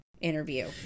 interview